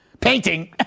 painting